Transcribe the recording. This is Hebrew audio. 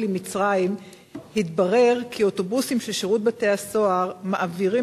עם מצרים התברר כי אוטובוסים של שירות בתי-הסוהר מעבירים